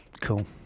Cool